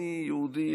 אני יהודי,